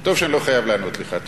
טוב שאני לא חייב לענות לך.